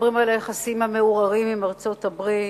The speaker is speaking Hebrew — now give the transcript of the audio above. היחסים המעורערים עם ארצות-הברית,